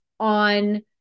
on